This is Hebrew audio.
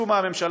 משום מה הממשלה,